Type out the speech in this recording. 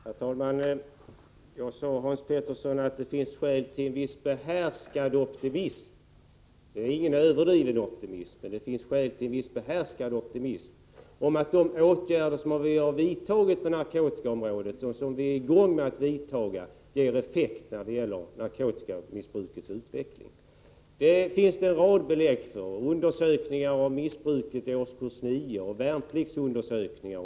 Herr talman! Jag sade, Hans Petersson i Röstånga, att det finns skäl till en viss behärskad optimism, men inte någon överdriven optimism, om att de åtgärder som vi har vidtagit och kommer att vidta på narkotikaområdet ger effekt när det gäller narkotikamissbrukets utveckling. Det finns en rad belägg för detta, t.ex. undersökningar av missbruket i årskurs 9 och värnpliktsundersökningar.